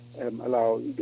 allow